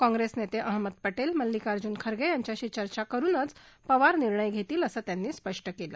काँग्रेस नेते अहमद पाऊि मल्लिकार्जुन खर्गे यांच्याशी चर्चा करुनच पवार निर्णय घेतील असं त्यांनी स्पष्ट केलं